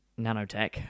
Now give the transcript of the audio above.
nanotech